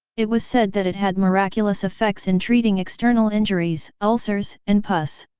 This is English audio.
it was said that it had miraculous effects in treating external injuries, ulcers, and pus.